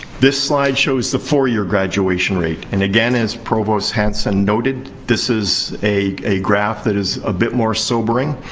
this slide shows the four-year graduation rate. and, again, as provost hanson noted, this is a graph that is a bit more sobering.